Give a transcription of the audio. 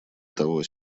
того